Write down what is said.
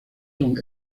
son